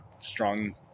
strong